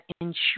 ensure